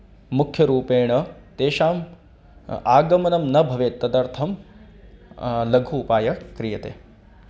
मुख्यरूपेण तेषाम् आगमनं न भवेत् तदर्थं लघुः उपायः क्रियते